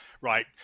right